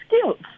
skills